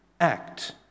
act